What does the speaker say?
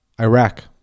Iraq